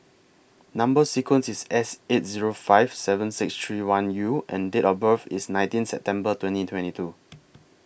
Number sequence IS S eight Zero five seven six three one U and Date of birth IS nineteen September twenty twenty two